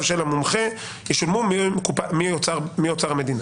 של המומחה ישולמו מאוצר המדינה".